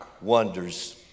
wonders